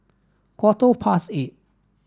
quarter past eight